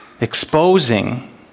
exposing